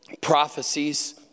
prophecies